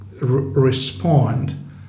respond